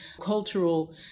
cultural